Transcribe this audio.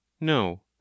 No